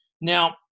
Now